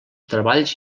treballs